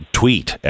tweet